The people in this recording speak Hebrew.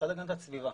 משרד הגנת הסביבה.